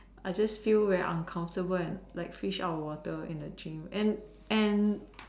I just feel very uncomfortable and like fish out of the water at the gym and and